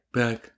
back